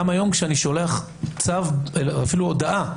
גם היום כשאני שולח צו, אפילו הודעה,